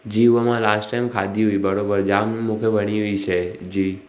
जी उहा मां last time खाधी हुई बराबरि जाम मूंखे वणी हुई शइ जी